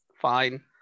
fine